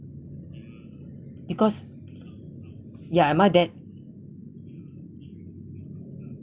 because ya and my dad